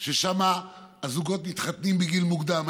ששם הזוגות מתחתנים בגיל מוקדם,